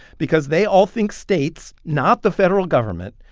because they all think states, not the federal government,